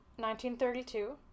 1932